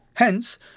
Hence